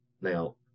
Now